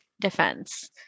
defense